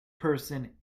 person